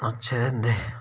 अच्छे होंदे